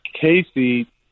Casey